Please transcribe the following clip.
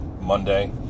Monday